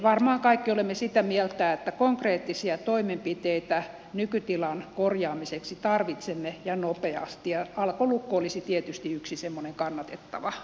varmaan kaikki olemme sitä meiltä että konkreettisia toimenpiteitä nykytilan korjaamiseksi tarvitsemme ja nopeasti ja alkolukko olisi tietysti yksi semmoinen kannatettava